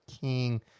King